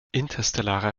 interstellare